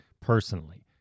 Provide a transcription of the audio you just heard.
personally